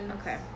okay